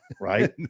right